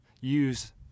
use